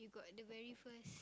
you got the very first